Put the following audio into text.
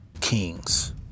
kings